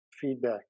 feedback